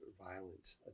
violent